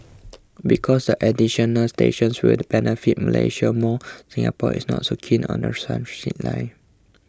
because the additional stations will benefit Malaysia more Singapore is not so keen on the transit line